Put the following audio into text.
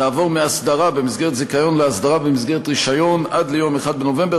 לעבור מאסדרה במסגרת זיכיון לאסדרה במסגרת רישיון עד ליום 1 בנובמבר